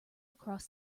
across